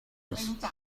ist